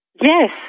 Yes